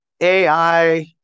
AI